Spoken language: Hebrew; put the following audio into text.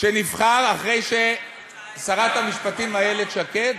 שנבחר אחרי ששרת המשפטים איילת שקד